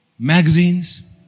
magazines